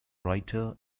writer